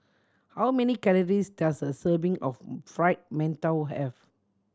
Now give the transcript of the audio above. how many calories does a serving of Fried Mantou have